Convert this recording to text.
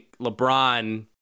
LeBron